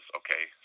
okay